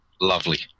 Lovely